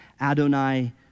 Adonai